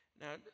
now